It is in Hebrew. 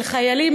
של חיילים,